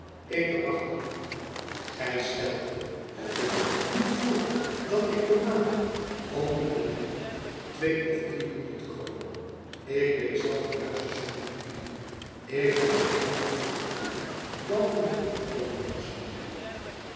ik waarachtig niet gy stelt u hoop ik niet voor dat ik kom manen om die ellendige tweeofdriehonderd kroonen ik weet zelf de juiste som niet meer ik had geene andere bedoeling dan u geluk te komen wenschen